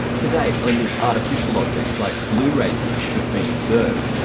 to date only artificial objects, like blu-ray discs, have been observed,